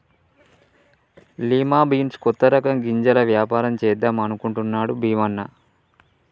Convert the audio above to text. lima beans కొత్త రకం గింజల వ్యాపారం చేద్దాం అనుకుంటున్నాడు భీమన్న